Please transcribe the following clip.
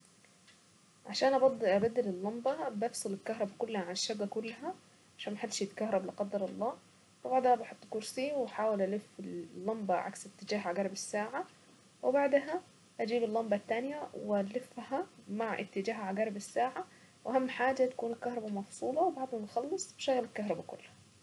عشان ابدل اللمبة بقفل الكهرب كلها على الشقة كلها عشان ما حدش يتكهرب لا قدر الله وبعدها بحط كرسي واحاول الف اللمبة عكس اتجاه عقارب الساعة وبعدها اجيب اللمبة التانية والفها مع اتجاه عقارب الساعة واهم حاجة تكون الكهربا مقفولة وبعد ما اخلص اشغل الكهربا كلها.